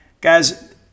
Guys